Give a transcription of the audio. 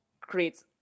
creates